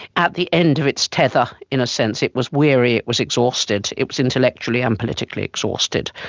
at the end of its tether in a sense, it was weary, it was exhausted, it was intellectual and politically exhausted.